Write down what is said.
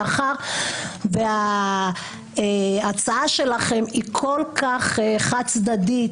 מאחר שההצעה שלכם היא כל כך חד-צדדית,